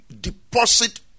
deposit